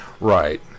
Right